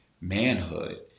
manhood